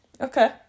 okay